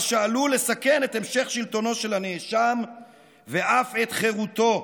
מה שעלול לסכן את המשך שלטונו של הנאשם ואף את חירותו.